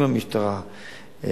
עם המשטרה,